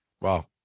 Wow